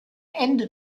ende